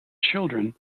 children